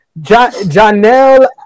Janelle